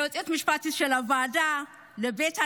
ליועצת המשפטית של הוועדה, לבית הנשיא,